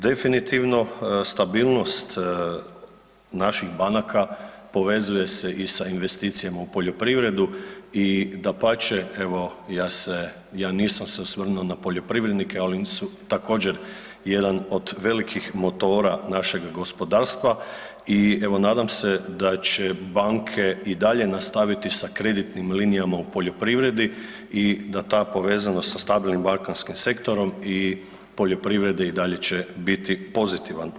Definitivno stabilnost naših banaka povezuje se i sa investicijama u poljoprivredu i dapače evo ja se, ja nisam se osvrnuo na poljoprivrednike ali oni su također jedan od velikih motora našeg gospodarstva i evo nadam se da će banke i dalje nastaviti sa kreditnim linijama u poljoprivredi i da ta povezanost sa stabilnim bankarskim sektorom i poljoprivredi i dalje će biti pozitivan.